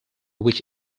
which